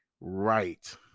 right